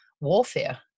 warfare